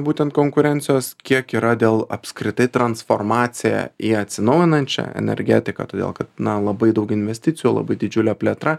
būtent konkurencijos kiek yra dėl apskritai transformacija į atsinaujinančią energetiką todėl kad na labai daug investicijų labai didžiulė plėtra